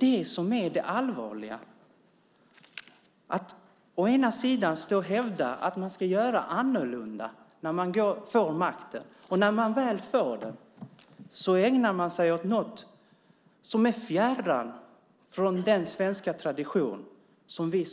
Det allvarliga är att man hävdar att man ska göra annorlunda när man får makten och när man väl får den ägnar man sig åt något som är fjärran från den svenska tradition som vi